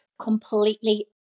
completely